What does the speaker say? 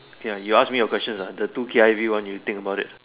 can I you ask me a question sia the two K_I_V one you think about it